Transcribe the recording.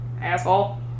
Asshole